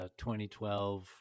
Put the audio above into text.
2012